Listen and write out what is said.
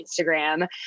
Instagram